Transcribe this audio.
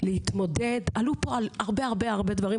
עלו פה הרבה מאוד מאוד דברים,